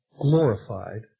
glorified